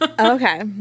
Okay